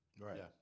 Right